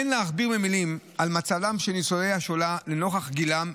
אין להכביר מילים על מצבם של ניצולי השואה לנוכח גילם.